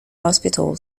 hospital